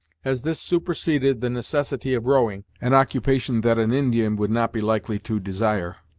as this superseded the necessity of rowing, an occupation that an indian would not be likely to desire,